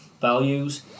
values